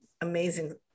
amazing